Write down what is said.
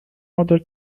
order